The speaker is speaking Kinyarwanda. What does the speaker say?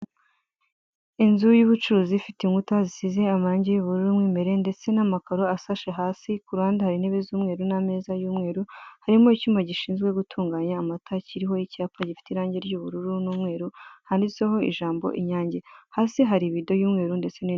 Inzu y'ubucuruzi ifite inkuta zisize amarangi y'ubururu mo imbere ndetse n'amakaro ashashe hashi ku ruhànde hari intebe z'umweru n'ameza y'umweru harimo icyuma gishinzwe gutunganya amata kiriho icyapa gifite ibara ry'ubururu n'umweru handitseho ijambo inyange . Hasi hari ibido y'umweru ndetse ni .